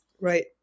right